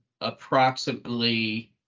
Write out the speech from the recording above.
approximately